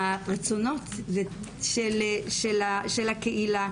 הרצונות של הקהילה,